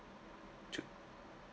two